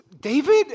David